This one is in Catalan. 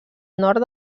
nord